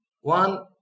one